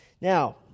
Now